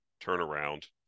turnaround